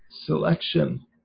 selection